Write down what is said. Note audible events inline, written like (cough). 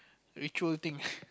ritual thing (laughs)